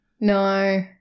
No